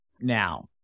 Now